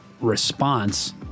response